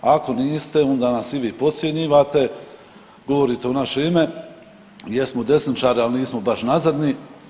Ako niste onda nas i vi potcjenjivate, govorite u naše ime, jesmo desničari ali nismo baš nazadni.